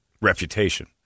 reputation